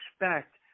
expect